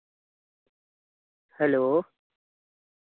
hello